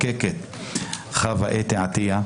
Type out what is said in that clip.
המחוקקת חוה אתי עטייה.